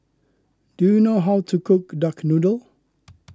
do you know how to cook Duck Noodle